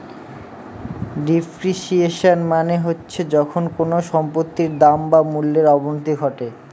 depreciation মানে হচ্ছে যখন কোনো সম্পত্তির দাম বা মূল্যর অবনতি ঘটে